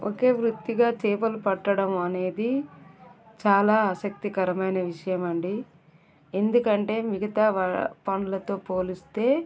ఒకే వృత్తిగా చేపలు పట్టడం అనేది చాలా ఆసక్తికరమైన విషయం అండి ఎందుకంటే మిగతా వా పనులతో పోలిస్తే